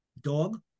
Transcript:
dog